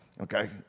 okay